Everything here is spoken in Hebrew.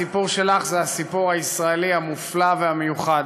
הסיפור שלך הוא הסיפור הישראלי המופלא והמיוחד.